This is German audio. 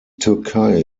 türkei